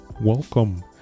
welcome